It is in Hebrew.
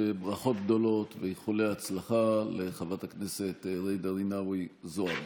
ברכות גדולות ואיחולי הצלחה לחברת הכנסת ג'ידא רינאוי זועבי.